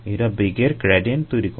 এরা বেগের গ্র্যাডিয়েন্ট তৈরি করে